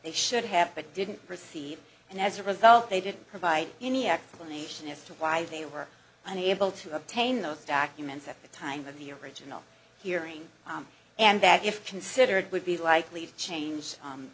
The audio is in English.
they should have but didn't receive and as a result they didn't provide any explanation as to why they were unable to obtain those documents at the time of the original hearing and that if considered would be likely to change